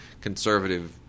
Conservative